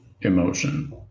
emotion